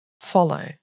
follow